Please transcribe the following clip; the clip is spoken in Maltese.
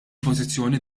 pożizzjoni